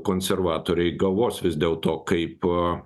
konservatoriai galvos vis dėl to kaip